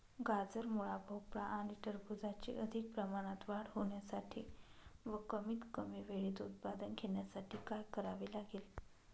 गाजर, मुळा, भोपळा आणि टरबूजाची अधिक प्रमाणात वाढ होण्यासाठी व कमीत कमी वेळेत उत्पादन घेण्यासाठी काय करावे लागेल?